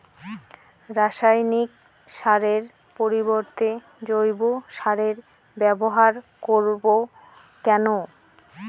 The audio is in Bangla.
রাসায়নিক সারের পরিবর্তে জৈব সারের ব্যবহার করব কেন?